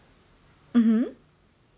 mmhmm